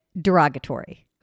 derogatory